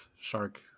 shark